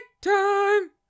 time